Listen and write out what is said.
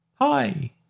Hi